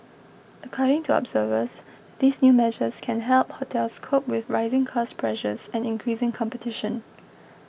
according to observers these new measures can help hotels cope with rising cost pressures and increasing competition